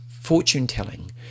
fortune-telling